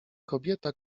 kobieta